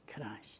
Christ